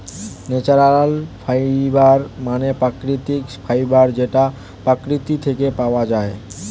natural fibre মানে প্রাকৃতিক fibre যেটা প্রকৃতি থেকে পাওয়া যায়